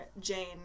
Jane